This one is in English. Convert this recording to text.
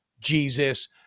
jesus